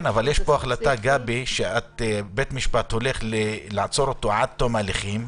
יש פה החלטה שבית המשפט הולך לעצור אותו עד תום ההליכים,